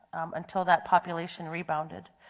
until that population rebounded.